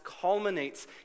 culminates